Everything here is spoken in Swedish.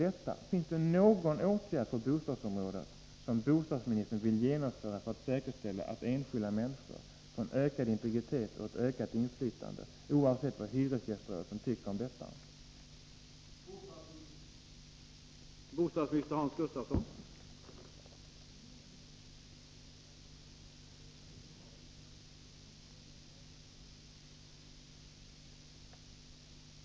Om inte, finns det någon åtgärd på bostadsområdet där bostadsmi 12 december 1983 nistern vill säkerställa att enskilda människor får en ökad integritet och ett ökat inflytande, oavsett vad hyresgäströrelsen tycker om detta? Om ökat skydd för